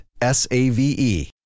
S-A-V-E